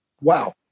wow